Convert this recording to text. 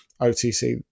OTC